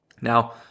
Now